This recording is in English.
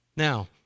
Now